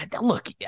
look